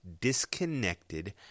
disconnected